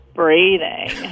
breathing